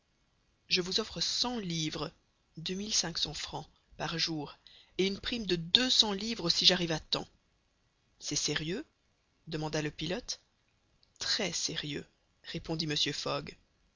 je vous offre cent livres par jour et une prime de deux cents livres si j'arrive à temps c'est sérieux demanda le pilote très sérieux répondit mr fogg